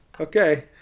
okay